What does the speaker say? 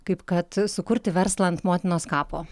kaip kad sukurti verslą ant motinos kapo